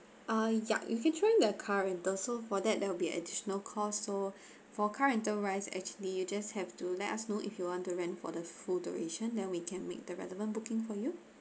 uh ya you featuring their car rental so for that there will be additional cost so for car rental wise actually you just have to let us know if you want to rent for the full duration then we can make the relevant booking for you